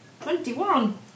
Twenty-one